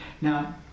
Now